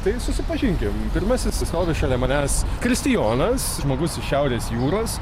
tai susipažinkim pirmasis stovi šalia manęs kristijonas žmogus iš šiaurės jūros